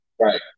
Right